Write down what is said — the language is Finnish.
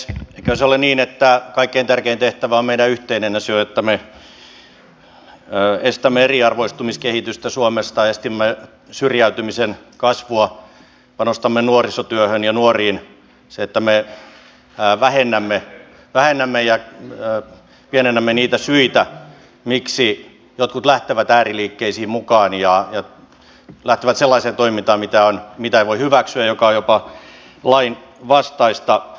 eiköhän se ole niin että kaikkein tärkein tehtävä on meidän yhteinen ja se on että me estämme eriarvoistumiskehitystä suomessa estämme syrjäytymisen kasvua panostamme nuorisotyöhön ja nuoriin ja se että me vähennämme ja pienennämme niitä syitä miksi jotkut lähtevät ääriliikkeisiin mukaan ja lähtevät sellaiseen toimintaan jota ei voi hyväksyä ja joka on jopa lainvastaista